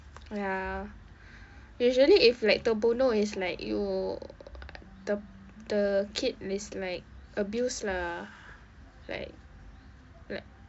ya usually if like terbunuh it's like you th~ the kid is like abused lah like like